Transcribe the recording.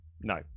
No